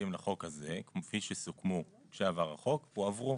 כפי שסוכמו כשעבר החוק הועברו,